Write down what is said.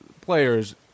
players